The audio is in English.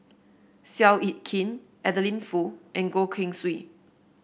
Seow Yit Kin Adeline Foo and Goh Keng Swee